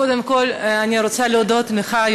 קודם כול אני רוצה להודות לך,